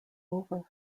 over